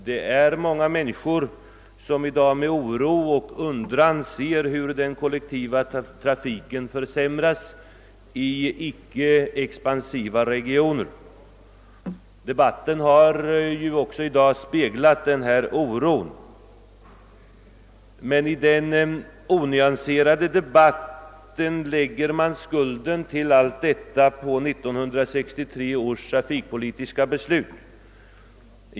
Det är många människor som i dag med oro och undran ser hur den kollektiva trafiken försämras i icke expansiva regioner. Dagens debatt har också speglat denna oro. I den mer onyanserade diskussionen läggs skulden till alla missförhållanden på 1963 års trafikpolitiska beslut.